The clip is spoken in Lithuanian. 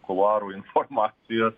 kuluarų informacijos